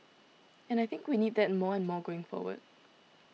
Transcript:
and I think we need that more and more going forward